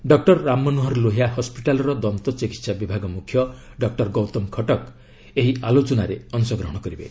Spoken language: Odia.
ଡକ୍ର ରାମମନୋହର ଲୋହିଆ ହସ୍କିଟାଲ୍ର ଦନ୍ତ ଚିକିତ୍ସା ବିଭାଗ ମୁଖ୍ୟ ଡକ୍ର ଗୌତମ ଖଟକ୍ ଏହି ଆଲୋଚନାରେ ଅଂଶଗ୍ରହଣ କରିବେ